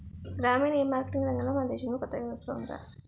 గ్రామీణ ఈమార్కెటింగ్ రంగంలో మన దేశంలో కొత్త వ్యవస్థ ఉందా?